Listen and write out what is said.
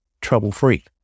trouble-free